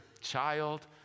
child